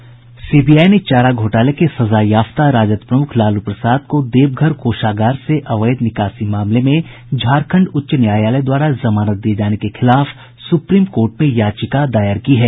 CBI ने चारा घोटाले के सजायाफ्ता राजद प्रमुख लालू प्रसाद को देवघर कोषागार से अवैध निकासी मामले में झारखंड उच्च न्यायालय द्वारा जमानत दिये जाने के खिलाफ सुप्रीम कोर्ट में याचिका दायर की है